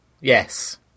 Yes